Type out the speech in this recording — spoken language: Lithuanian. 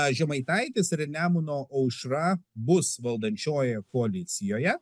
žemaitaitis ir nemuno aušra bus valdančiojoje koalicijoje